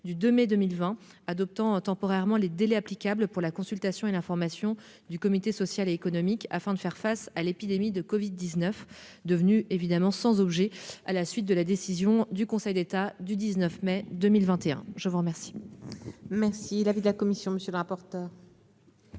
du 2 mai 2020 adaptant temporairement les délais applicables pour la consultation et l'information du comité social et économique afin de faire face à l'épidémie de covid-19, devenue sans objet à la suite de la décision du Conseil d'État du 19 mai 2021. Quel est l'avis de la commission ? Dans la logique